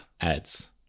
ads